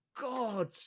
God